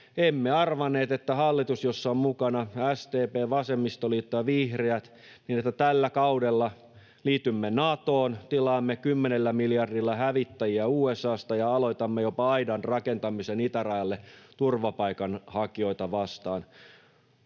sillä kaudella, kun hallituksessa on mukana SDP, vasemmistoliitto ja vihreät, liitymme Natoon, tilaamme kymmenellä miljardilla hävittäjiä USA:sta ja aloitamme jopa aidan rakentamisen itärajalle turvapaikanhakijoita vastaan.